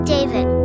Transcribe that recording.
David